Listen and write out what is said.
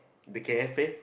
the cafe